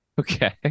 Okay